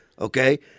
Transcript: Okay